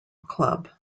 club